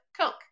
Coke